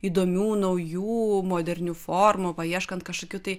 įdomių naujų modernių formų paieškant kažkokių tai